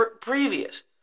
previous